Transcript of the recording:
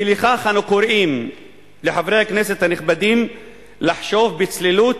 אי לכך אנו קוראים לחברי הכנסת הנכבדים לחשוב בצלילות